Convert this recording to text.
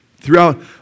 throughout